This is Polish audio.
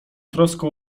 troską